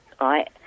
right